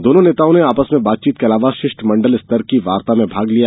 दोनों नेताओं ने आपस में बातचीत के अलावा शिष्टमंडल स्तर की वार्ता में भी भाग लिया